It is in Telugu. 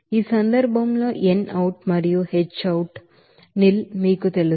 ఈ సందర్భంలో n out మరియు H out నిల్ మీకు తెలుసు